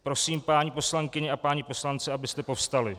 Prosím, paní poslankyně a páni poslanci, abyste povstali.